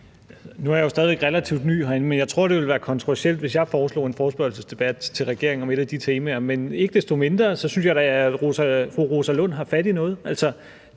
Nu er jeg jo stadig væk relativt ny herinde, men jeg tror, det ville være kontroversielt, hvis jeg foreslog en forespørgselsdebat til regeringen om et af de temaer, men ikke desto mindre synes jeg da, at fru Rosa Lund har fat i noget.